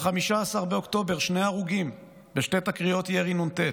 ב-15 באוקטובר, שני הרוגים בשתי תקריות ירי נ"ט,